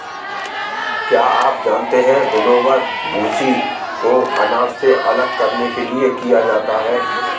क्या आप जानते है विनोवर, भूंसी को अनाज से अलग करने के लिए किया जाता है?